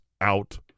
out